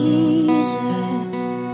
Jesus